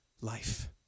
life